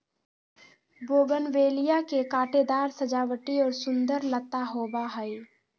bougainvillea के कांटेदार सजावटी और सुंदर लता होबा हइ